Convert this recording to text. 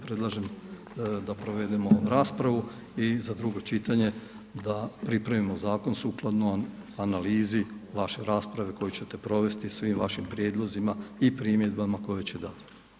Predlažem da provedemo raspravu i za drugo čitanje da pripremimo zakon sukladno analizi vaše rasprave koju ćete provesti, svim vašim prijedlozima i primjedbama koje će dati.